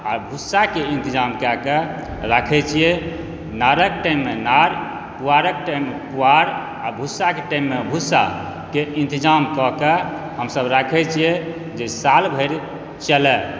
आर भुस्सा के इन्तजाम कए कऽ राखै छियै नारक टाइम मे नार पुआरक टाइममे पुआर आ भुस्सा के टाइममे भुस्सा के इन्तजाम कए कऽ हमसब राखै छियै जे साल भरि चलए